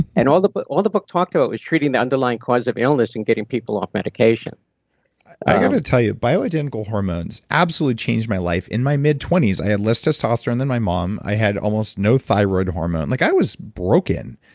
and all the but all the book talked about was treating the underlying cause of illness and getting people off medication i got to tell you, bioidentical hormones absolutely changed my life. in my mid twenty s i had less testosterone than my mom. i had almost no thyroid hormone. like i was broken,